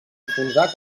enfonsar